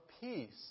peace